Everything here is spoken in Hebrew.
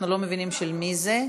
אנחנו לא מבינים של מי זה.